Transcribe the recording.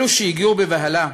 אלו שהגיעו בבהלה,